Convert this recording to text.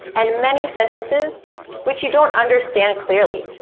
and many sentences which you don't understand clearly.